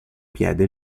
piede